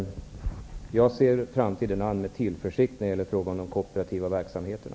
Jag ser framtiden an med tillförsikt när det gäller de kooperativa verksamheterna.